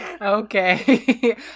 Okay